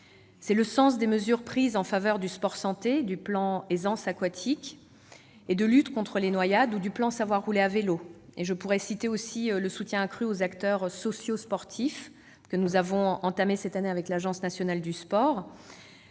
c'est le sens des mesures prises en faveur du sport santé, du plan Aisance aquatique et de lutte contre les noyades ou du plan Savoir rouler à vélo. Je pourrais citer également le soutien accru que nous avons apporté cette année avec l'Agence nationale du sport